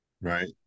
Right